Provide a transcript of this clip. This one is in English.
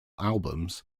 albums